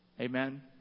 Amen